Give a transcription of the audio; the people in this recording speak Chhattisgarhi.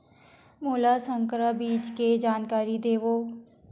मोला संकर बीज के जानकारी देवो?